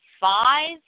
five